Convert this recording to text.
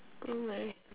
oh my